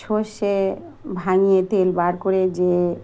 সর্ষে ভাঙিয়ে তেল বার করে যেয়ে